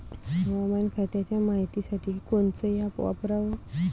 हवामान खात्याच्या मायतीसाठी कोनचं ॲप वापराव?